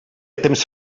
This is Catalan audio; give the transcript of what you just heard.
temps